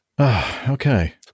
Okay